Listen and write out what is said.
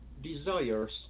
desires